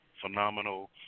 phenomenal